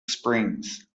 springs